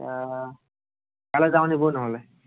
এতিয়া তালৈ যাও নেকি ব'ল নহ'লে